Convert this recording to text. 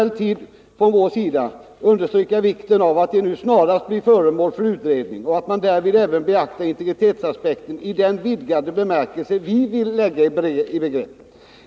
Vidare skriver vi: ”Vi vill emellertid starkt understryka vikten av att de nu snarast blir föremål för utredning och att man därvid även beaktar integritetsaspekten i den vidgade bemärkelse vi vill lägga i begreppet.